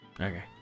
Okay